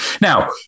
Now